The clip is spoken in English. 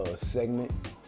segment